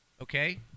Okay